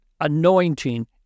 anointing